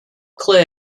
clear